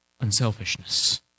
unselfishness